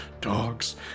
dogs